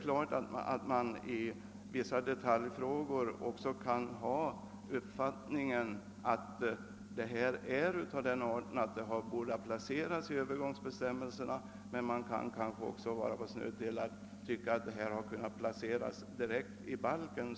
Beträffande vissa detaljföreskrifter kan man naturligtvis vara tveksam om huruvida de bör placeras i övergängsbestämmelserna eller i själva balken.